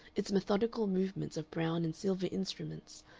its methodical movements of brown and silver instruments,